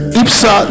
ipsa